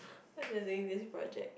cause we are doing this project